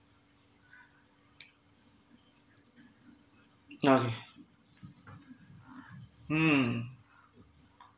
okay mm